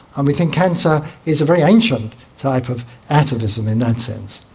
and we think cancer is a very ancient type of atavism in that sense.